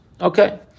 Okay